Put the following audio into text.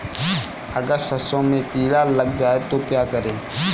अगर सरसों में कीड़ा लग जाए तो क्या करें?